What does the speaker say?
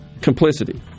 complicity